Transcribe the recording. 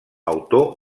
autor